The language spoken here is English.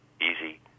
Easy